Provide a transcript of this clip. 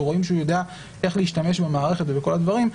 ורואים שהוא יודע איך להשתמש במערכת ובכל הדברים,